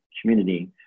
community